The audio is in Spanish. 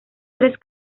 tres